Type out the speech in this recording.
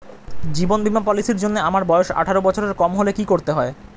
জীবন বীমা পলিসি র জন্যে আমার বয়স আঠারো বছরের কম হলে কি করতে হয়?